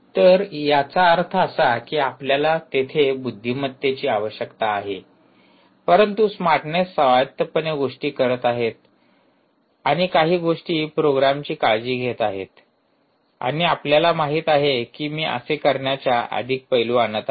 तर याचा अर्थ असा की आपल्याला तेथे बुद्धिमत्तेची आवश्यकता आहे परंतु स्मार्टनेस स्वायत्तपणे गोष्टी करीत आहेत आणि काही गोष्टी प्रोग्रामची काळजी घेत आहेत आणि आपल्याला माहित आहे की मी असे करण्याच्या अधिक पैलू आणत आहे